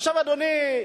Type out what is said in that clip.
עכשיו, אדוני,